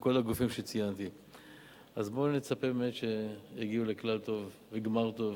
כל הגופים שציינתי, אז בואו נצפה שיגיעו לגמר טוב.